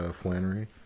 Flannery